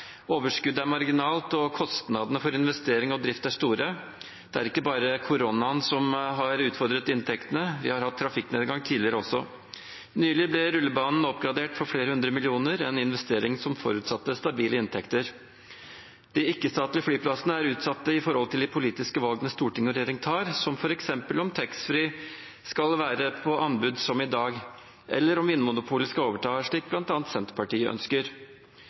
Overskuddet er marginalt, og kostnadene ved investering og drift er store. Det er ikke bare koronaen som har utfordret inntektene, de har hatt trafikknedgang tidligere også. Nylig ble rullebanen oppgradert for flere hundre millioner kroner, en investering som forutsatte stabile inntekter. De ikke-statlige flyplassene er utsatte med tanke på de politiske valgene storting og regjering tar, som f.eks. om taxfree skal være på anbud, som i dag, eller om Vinmonopolet skal overta, slik bl.a. Senterpartiet ønsker.